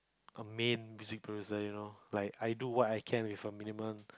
a main music producer you know like I do what I can with a minimum